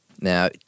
Now